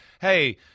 Hey